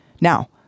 now